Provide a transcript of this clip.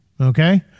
Okay